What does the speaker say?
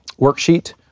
worksheet